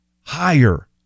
higher